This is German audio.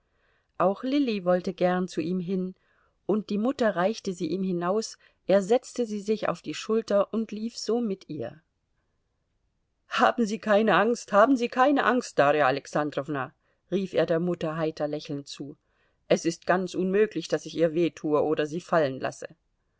auch lilly wollte gern zu ihm hin und die mutter reichte sie ihm hinaus er setzte sie sich auf die schulter und lief so mit ihr haben sie keine angst haben sie keine angst darja alexandrowna rief er der mutter heiter lächelnd zu es ist ganz unmöglich daß ich ihr weh tue oder sie fallen lasse